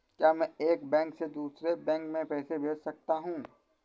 क्या मैं एक बैंक से दूसरे बैंक में पैसे भेज सकता हूँ?